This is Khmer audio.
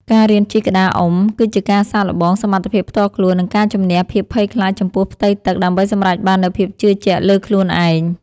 ការរៀនជិះក្តារអុំ គឺជាការសាកល្បងសមត្ថភាពផ្ទាល់ខ្លួន និងការជម្នះភាពភ័យខ្លាចចំពោះផ្ទៃទឹក ដើម្បីសម្រេចបាននូវភាពជឿជាក់លើខ្លួនឯង។